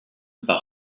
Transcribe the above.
par